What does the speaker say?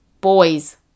boys